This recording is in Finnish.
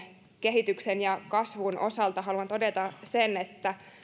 kehityksen ja kasvun osalta haluan todeta sen